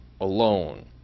alone